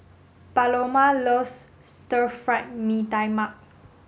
Paloma loves stir fried Mee Tai Mak